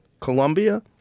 Colombia